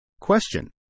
Question